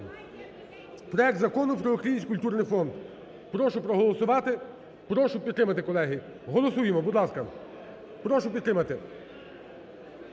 проект Закону про Український культурний фонд. Прошу проголосувати, прошу підтримати, колеги. Голосуємо, будь ласка. Прошу підтримати.